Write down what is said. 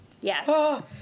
Yes